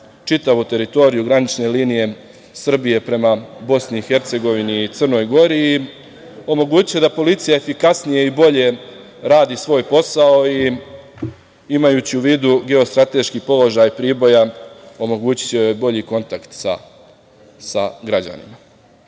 čitavu teritoriju granične linije Srbije prema BiH i Crnoj Gori i omogućuje da policija efikasnije i bolje radi svoj posao i imajući u vidu geostrateški položaj Priboja omogućiće joj bolji kontakt sa građanima. Raduje